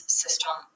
system